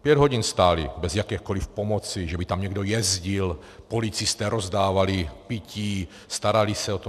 Pět hodin stáli bez jakékoliv pomoci, že by tam někdo jezdil, policisté rozdávali pití, starali se o to.